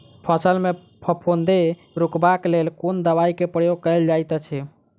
फसल मे फफूंदी रुकबाक लेल कुन दवाई केँ प्रयोग कैल जाइत अछि?